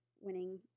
winning